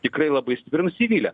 tikrai labai stipriai nusivylę